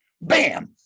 Bam